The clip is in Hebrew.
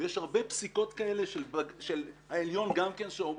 ויש הרבה פסיקות כאלה של בית משפט העליון גם כן שאומרות: